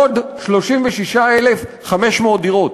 עוד 36,500 דירות.